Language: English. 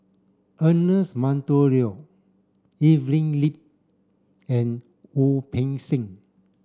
Ernest Monteiro Evelyn Lip and Wu Peng Seng